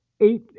eight